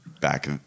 back